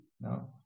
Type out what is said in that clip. No